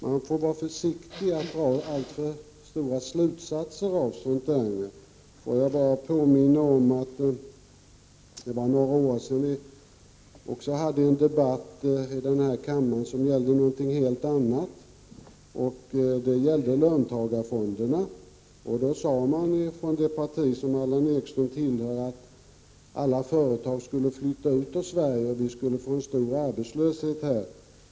Man får vara försiktig med att dra några långtgående slutsatser av sådant. Låt mig påminna om att vi för några år sedan hade en debatt här i kammaren om löntagarfonderna. Man sade då från det parti som Allan Ekström tillhör att alla företag skulle flytta ut ur Sverige och att vi skulle få stor arbetslöshet här.